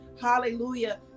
hallelujah